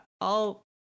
I'll-